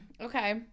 Okay